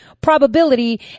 probability